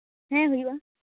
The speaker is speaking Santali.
ᱦᱮᱸ ᱦᱩᱭᱩᱜᱼᱟ